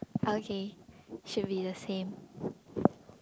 okay should be the same